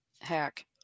hack